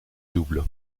double